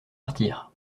partir